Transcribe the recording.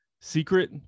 Secret